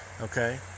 Okay